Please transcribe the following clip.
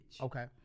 Okay